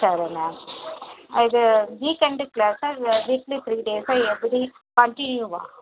சரி மேம் இது வீக்கெண்டு கிளாஸா இல்லை வீக்லி த்ரீ டேஸா எப்படி கண்டிநியூவா